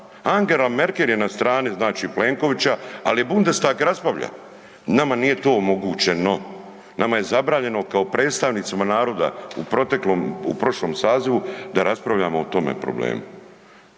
Angela Merkel je na strani znači Plenkovića, al je Bundestag raspravlja. Nama nije to omogućeno. Nama je zabranjeno kao predstavnicima naroda u proteklom, u prošlom sazivu da raspravljamo o tome problemu.